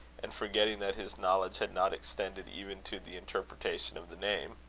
and forgetting that his knowledge had not extended even to the interpretation of the name.